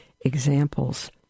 examples